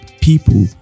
people